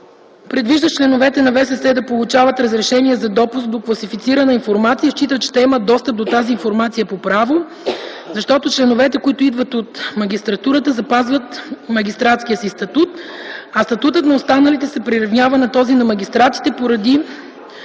предвиждащ членовете на ВСС да получават разрешение за допуск до класифицирана информация и счита, че те имат достъп до тази информация по право, защото членовете, които идват от магистратурата, запазват магистратския си статут, а статутът на останалите се приравнява на този на магистратите поради